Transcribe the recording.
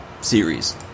series